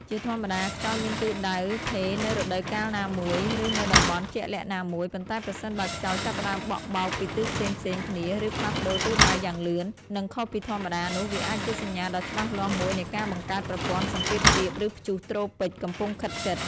ជាធម្មតា ខ្យល់មានទិសដៅថេរនៅរដូវកាលណាមួយ ឬនៅតំបន់ជាក់លាក់ណាមួយ ប៉ុន្តែប្រសិនបើខ្យល់ចាប់ផ្តើមបក់បោកពីទិសផ្សេងៗគ្នាឬផ្លាស់ប្តូរទិសដៅយ៉ាងលឿន និងខុសពីធម្មតានោះវាអាចជាសញ្ញាដ៏ច្បាស់លាស់មួយនៃការបង្កើតប្រព័ន្ធសម្ពាធទាប ឬព្យុះត្រូពិចកំពុងខិតជិត។